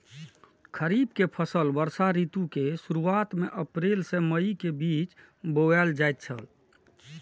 खरीफ के फसल वर्षा ऋतु के शुरुआत में अप्रैल से मई के बीच बौअल जायत छला